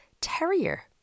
terrier